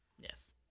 Yes